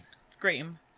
Scream